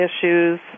issues